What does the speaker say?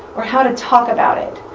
or how to talk about it.